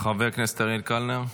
חבר הכנסת אריאל קלנר,